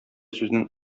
сүзнең